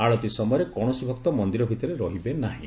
ଆଳତି ସମୟରେ କୌଶସି ଭକ୍ତ ମନ୍ଦିର ଭିତରେ ରହିବେ ନାହିଁ